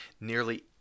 nearly